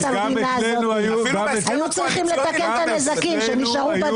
היו צריכים לתקן את הנזקים שנשארו.